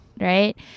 right